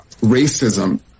racism